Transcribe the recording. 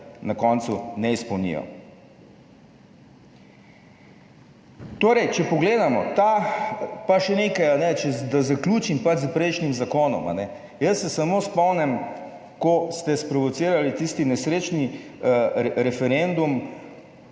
na koncu ne izpolnijo. Torej, če pogledamo ta, pa še nekaj, da zaključim pač s prejšnjim zakonom. Jaz se samo spomnim, ko ste sprovocirali tisti nesrečni referendum,